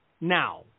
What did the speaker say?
now